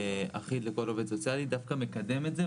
אחיד לכל עובד סוציאלי, דווקא מקדם את זה.